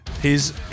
He's-